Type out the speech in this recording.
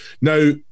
now